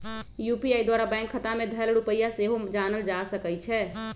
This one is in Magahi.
यू.पी.आई द्वारा बैंक खता में धएल रुपइया सेहो जानल जा सकइ छै